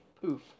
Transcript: poof